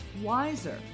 wiser